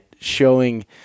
showing